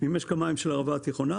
ממשק המים של הערבה התיכונה,